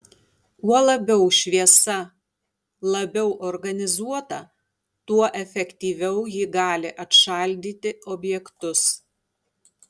kuo labiau šviesa labiau organizuota tuo efektyviau ji gali atšaldyti objektus